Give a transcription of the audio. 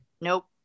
nope